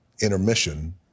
intermission